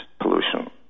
pollution